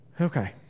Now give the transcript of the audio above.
Okay